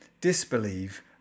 disbelieve